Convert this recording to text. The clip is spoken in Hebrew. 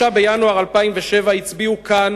ב-3 בינואר 2007 הצביעו כאן